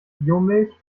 biomilch